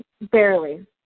Barely